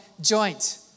joint